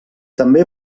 també